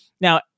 Now